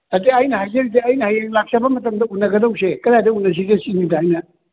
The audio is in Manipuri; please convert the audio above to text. ꯅꯠꯇꯦ ꯑꯩꯅ ꯍꯥꯏꯖꯔꯤꯁꯦ ꯑꯩꯅ ꯍꯌꯦꯡ ꯂꯥꯛꯆꯕ ꯃꯇꯝꯗ ꯎꯅꯒꯗꯧꯁꯦ ꯀꯗꯥꯏꯗ ꯎꯅꯁꯤꯒꯦ ꯁꯤꯅꯤꯗ ꯑꯩꯅ